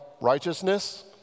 righteousness